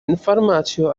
информацию